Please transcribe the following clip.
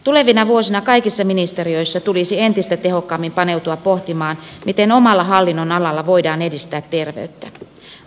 tulevina vuosina kaikissa ministeriöissä tulisi entistä tehokkaammin paneutua pohtimaan miten omalla hallinnonalalla voidaan edistää terveyttä